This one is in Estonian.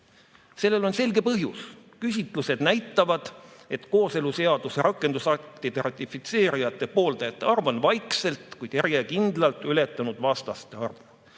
Sellel on selge põhjus. Küsitlused näitavad, et kooseluseaduse rakendusaktide ratifitseerimise pooldajate arv on vaikselt, kuid järjekindlalt ületanud vastaste arvu